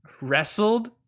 wrestled